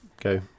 go